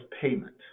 payment